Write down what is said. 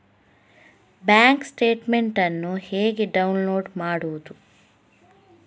Bank statement ಅನ್ನು ಹೇಗೆ download ಮಾಡುವುದು?